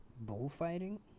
bullfighting